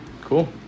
Cool